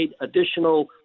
additional